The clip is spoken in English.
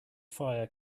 fire